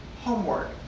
homework